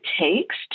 takes